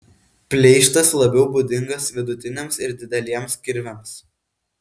pleištas labiau būdingas vidutiniams ir dideliems kirviams